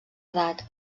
edat